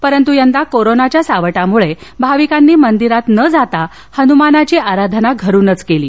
परंत् यंदा कोरोनाच्या सावटा मुळे भाविकांनी मंदिरात न जाता हनुमानाची आराधना घरूनच केली